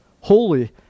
holy